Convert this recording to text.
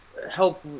help